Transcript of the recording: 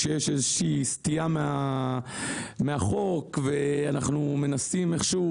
כשיש איזושהי סטייה מהחוק ואנחנו מנסים איכשהו